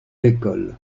l’école